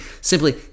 simply